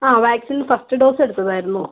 uh vaccine first dose എടുത്തതായിരുന്നു